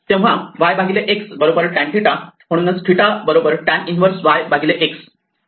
तेव्हा y x tan 𝜭 म्हणून 𝜭 tan 1 y x